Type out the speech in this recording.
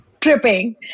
tripping